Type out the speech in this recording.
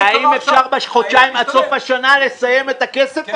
והאם אפשר בחודשיים עד סוף השנה לסיים את הכסף הזה.